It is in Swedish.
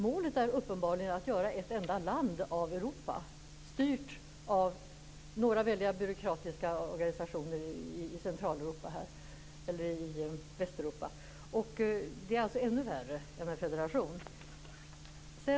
Målet är uppenbarligen att göra ett enda land av Europa, styrt av några väldiga byråkratiska organisationer i Västeuropa. Det är alltså ännu värre än en federation.